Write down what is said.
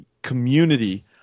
community